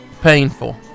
painful